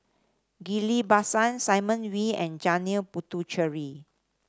Ghillie Basan Simon Wee and Janil Puthucheary